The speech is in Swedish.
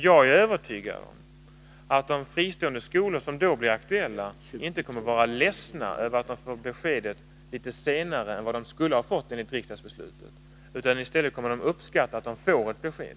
Jag är övertygad om att de fristående skolor som då blir aktuella inte kommer att vara ledsna över att de får beskedet litet senare än vad de skulle ha fått enligt riksdagsbeslutet. I stället kommer de att uppskatta att de får ett besked.